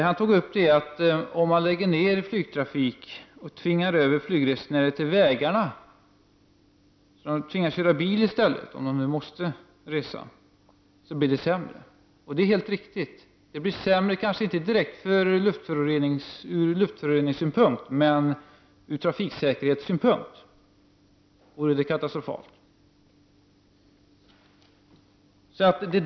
Han tog upp ett resonemang som gick ut på att om man lägger ner flygtrafiken så att flygresenärerna i stället tvingas köra bil om de nu måste resa, så blir det sämre. Det är helt riktigt. Det blir sämre, kanske inte direkt ur luftföroreningssynpunkt. Men ur trafiksäkerhetssynpunkt vore det katastrofalt.